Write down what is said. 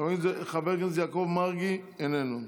חבר הכנסת יעקב מרגי, איננו,